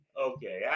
Okay